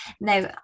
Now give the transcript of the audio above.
Now